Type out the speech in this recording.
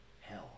hell